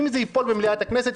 אם זה ייפול במליאת הכנסת,